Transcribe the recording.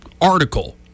article